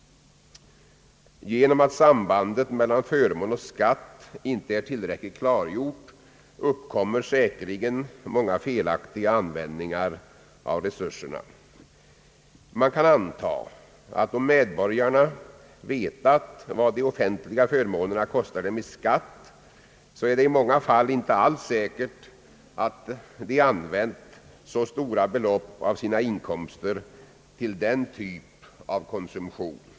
Genom att sambandet mellan förmån och skatt inte är tillräckligt klargjort uppkommer säkerligen många felaktiga användningar av resurserna. Man kan antaga att om medborgarna vetat vad de offentliga förmånerna kostar dem i skatt är det i många fall inte alls säkert att de använt så stora belopp av sina inkomster till den typen av konsumtion.